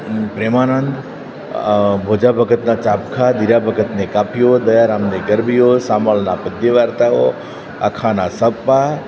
પ્રેમાનંદ ભોજા ભગતના ચાબખા દિરા ભગતને કાફીઓ દયારામની ગરબીઓ શામળની પદ્ય વાર્તાઓ અખાના છપ્પા